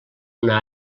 una